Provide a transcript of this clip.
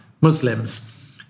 Muslims